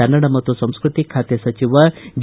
ಕನ್ನಡ ಮತ್ತು ಸಂಸ್ಕೃತಿ ಖಾತೆ ಸಚಿವ ಡಿ